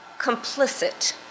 complicit